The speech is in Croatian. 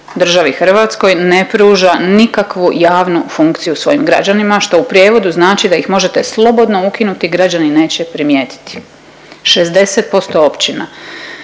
državi Hrvatskoj ne pruža nikakvu javnu funkciju svojim građanima što u prijevodu znači da ih možete slobodno ukinuti građani neće primijetiti. 60% općina.